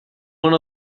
one